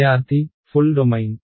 విద్యార్థి full domain